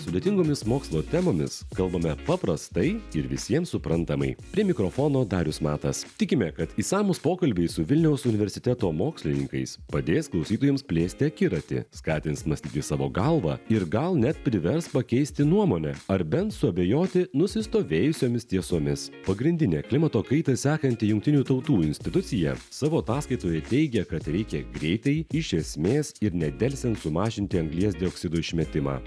sudėtingomis mokslo temomis kalbame paprastai ir visiems suprantamai prie mikrofono darius matas tikime kad išsamūs pokalbiai su vilniaus universiteto mokslininkais padės klausytojams plėsti akiratį skatins mąstyti savo galva ir gal net privers pakeisti nuomonę ar bent suabejoti nusistovėjusiomis tiesomis pagrindinė klimato kaitą sekanti jungtinių tautų institucija savo ataskaitoje teigia kad reikia greitai iš esmės ir nedelsiant sumažinti anglies dioksido išmetimą